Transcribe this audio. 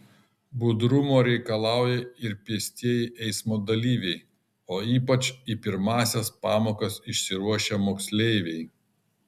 budrumo reikalauja ir pėstieji eismo dalyviai o ypač į pirmąsias pamokas išsiruošę moksleiviai